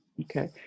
Okay